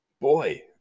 Boy